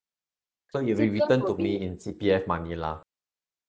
so it will return to me in C_P_F money lah